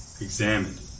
examined